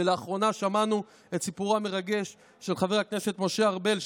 ולאחרונה שמענו את סיפורו המרגש של חבר הכנסת משה ארבל,